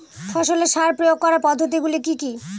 ফসলে সার প্রয়োগ করার পদ্ধতি গুলি কি কী?